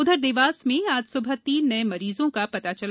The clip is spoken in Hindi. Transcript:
उधर देवास में आज सुबह तीन नये मरीजों का पता चला